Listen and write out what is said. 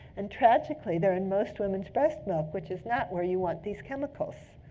and tragically, they're in most women's breast milk, which is not where you want these chemicals.